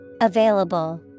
Available